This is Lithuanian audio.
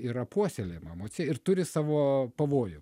yra puoselėjama emocija ir turi savo pavojų